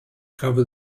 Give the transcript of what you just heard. cover